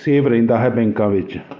safe ਰਹਿੰਦਾ ਹੈ ਬੈਂਕਾਂ ਵਿੱਚ